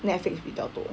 Netflix 比较多